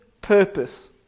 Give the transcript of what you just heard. purpose